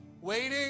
waiting